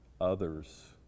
others